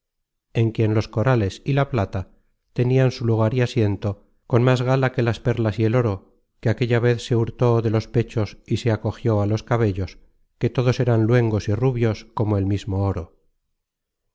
en quien los corales y la plata tenian su lugar y asiento con más gala que las perlas y el oro que aquella vez se hurtó de los pechos y se acogió á los cabellos que todos eran luengos y rubios como el mismo oro